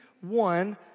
one